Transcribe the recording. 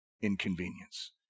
inconvenience